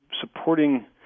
supporting